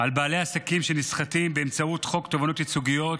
על בעלי עסקים שנסחטים באמצעות חוק תובענות ייצוגיות